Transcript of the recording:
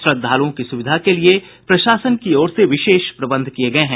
श्रद्धालुओं की सुविधा के लिए प्रशासन की ओर से विशेष प्रबंध किये गए हैं